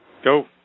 Go